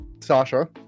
Sasha